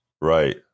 Right